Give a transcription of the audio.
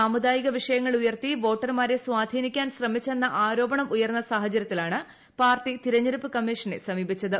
സാമൂദായിക വീഷയങ്ങൾ ഉയർത്തി വോട്ടർമാരെ സ്വാധീനിക്കാൻ ശ്രമിച്ചെന്നു ആരോപണം ഉയർന്ന സാഹചര്യത്തിലാണ് പാർട്ടി തെരഞ്ഞെട്ടുപ്പ് കമ്മീഷനെ സമീപിച്ചത്